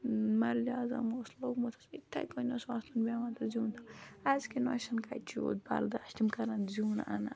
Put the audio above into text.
مغلے اعظم اوس لوٚگمُت آسان یِتھَے کٔنۍ اوس آسان پٮ۪وان تَتھ زیُن اَزکٮ۪ن نۄشَن کَتہِ چھُ یوٗت بَرداش تِم کَرَن زیُن اَنن